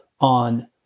on